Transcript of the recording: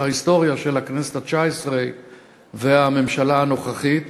ההיסטוריה של הכנסת התשע-עשרה והממשלה הנוכחית,